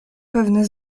pewne